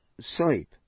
sleep